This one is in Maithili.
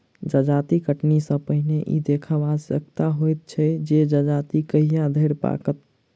जजाति कटनी सॅ पहिने ई देखब आवश्यक होइत छै जे जजाति कहिया धरि पाकत